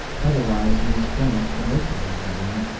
otherwise he is frank and open with me, now.